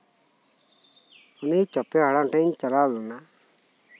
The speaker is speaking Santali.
ᱩᱱᱤ ᱪᱚᱯᱮ ᱦᱟᱲᱟᱢ ᱴᱷᱮᱱᱤᱧ ᱪᱟᱞᱟᱣ ᱞᱮᱱᱟ